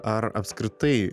ar apskritai